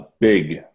Big